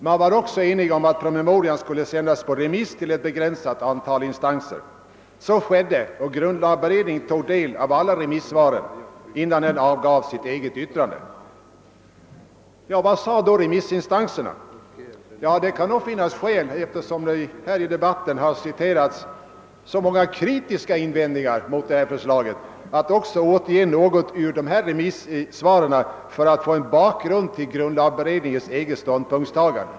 Man var också enig om att promemorian skulle sändas på remiss till ett begränsat antal instanser. Så skedde, och grundlagberedningen tog del av alla remissvaren, innan den avgav sitt eget yttrande. Vad sade då remissinstanserna? Det kan finnas skäl att återge något ur dessa remissvar för att få en bakgrund till grundlagberedningens eget ståndpunktstiagande, därför att det här i debatten har citerats så många kritiska invändningar mot detta förslag.